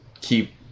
keep